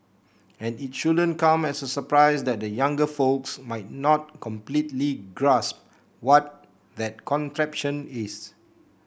and it shouldn't come as a surprise that the younger folks might not completely grasp what that contraption is